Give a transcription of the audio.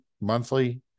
monthly